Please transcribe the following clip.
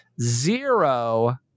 zero